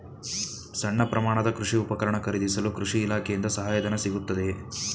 ಸಣ್ಣ ಪ್ರಮಾಣದ ಕೃಷಿ ಉಪಕರಣ ಖರೀದಿಸಲು ಕೃಷಿ ಇಲಾಖೆಯಿಂದ ಸಹಾಯಧನ ಸಿಗುತ್ತದೆಯೇ?